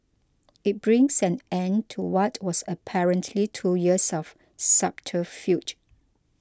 it brings an end to what was apparently two years of subterfuge